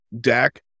Dak